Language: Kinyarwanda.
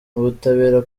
n’ubutabera